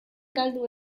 galdu